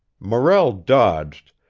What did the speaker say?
morrell dodged,